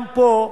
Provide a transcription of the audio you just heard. גם פה,